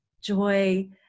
joy